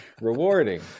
rewarding